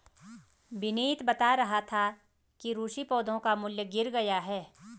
विनीत बता रहा था कि रूसी पैसों का मूल्य गिर गया है